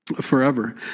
forever